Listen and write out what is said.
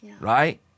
right